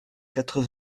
quatre